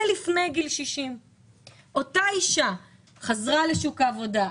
זה לפני גיל 60. אותה אישה חזרה לשוק העבודה,